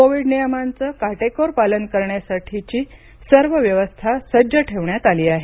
Covid नियमांचं काटेकोर पालन करण्यासाठीची सर्व व्यवस्था सज्ज ठेवण्यात आली आहे